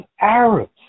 Arabs